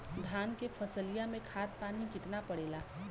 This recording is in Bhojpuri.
धान क फसलिया मे खाद पानी कितना पड़े ला?